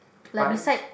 buns